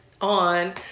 on